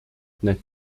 need